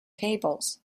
tables